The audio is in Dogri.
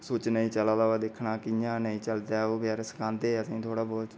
सुच नेईं चला दा होए ते सुनाना उनें गी कि कि नेईं चला दा